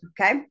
okay